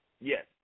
Yes